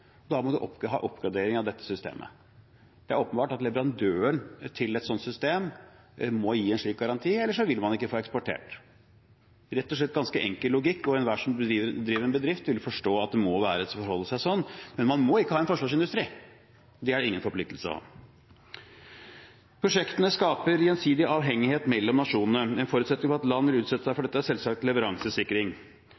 et sånt system må gi en slik garanti, ellers vil man ikke få eksportert. Det er rett og slett ganske enkel logikk, og enhver som driver en bedrift, vil forstå at det må forholde seg sånn. Men man må ikke ha en forsvarsindustri – det er det ingen forpliktelse til å ha. Prosjektene skaper gjensidig avhengighet mellom nasjonene. En forutsetning for at land vil utsette seg for